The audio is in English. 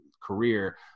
career